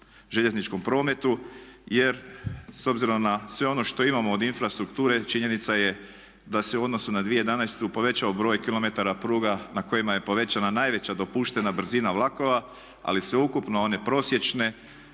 željezničkom prometu, jer s obzirom na sve ono što imamo od infrastrukture činjenica je da se u odnosu na 2011. povećao broj kilometara pruga na kojima je povećana najveća dopuštena brzina vlakova, ali sveukupno one prosječne